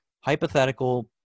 Hypothetical